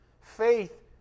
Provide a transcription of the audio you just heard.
Faith